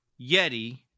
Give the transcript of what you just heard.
Yeti